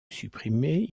supprimés